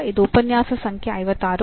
ಇದು ಉಪನ್ಯಾಸ ಸಂಖ್ಯೆ 56